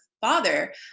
father